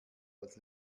als